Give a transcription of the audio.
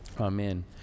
Amen